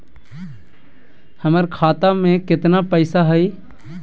हमर खाता मे केतना पैसा हई?